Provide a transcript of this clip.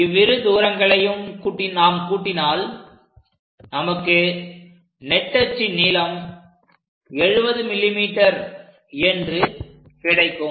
இவ்விரு தூரங்களையும் நாம் கூட்டினால் நமக்கு நெட்டச்சின் நீளம் 70 mm என்று கிடைக்கும்